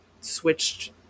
switched